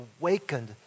awakened